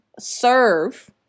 serve